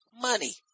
money